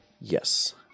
Yes